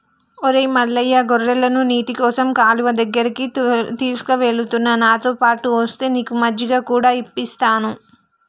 ఒరై మల్లయ్య గొర్రెలను నీటికోసం కాలువ దగ్గరికి తీసుకుఎలుతున్న నాతోపాటు ఒస్తే నీకు మజ్జిగ కూడా ఇప్పిస్తాను